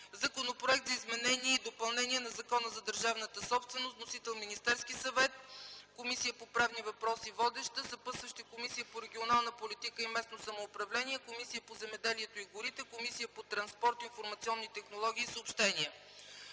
Законопроект за изменение и допълнение на Закона за държавната собственост. Вносител – Министерският съвет. Водеща е Комисията по правни въпроси. Съпътстващи комисии – Комисията по регионална политика и местно самоуправление и Комисията по земеделието и горите, Комисията по транспорт, информационни технологии и съобщения;